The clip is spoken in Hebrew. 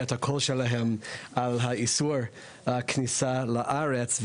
את הקול שלהם על איסור הכניסה לארץ.